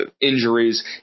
injuries